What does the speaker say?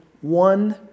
one